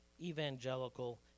evangelical